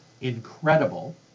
incredible